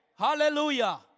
Hallelujah